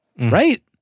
right